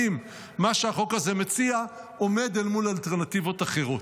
אם מה שהחוק הזה מציע עומד אל מול אלטרנטיבות אחרות.